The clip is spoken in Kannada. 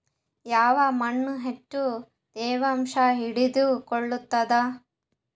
ಯಾವ್ ಮಣ್ ಹೆಚ್ಚು ತೇವಾಂಶ ಹಿಡಿದಿಟ್ಟುಕೊಳ್ಳುತ್ತದ?